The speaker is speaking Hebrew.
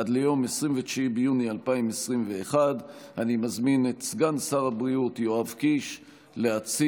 עד 29 ביוני 2021. אני מזמין את סגן שר הבריאות יואב קיש להציג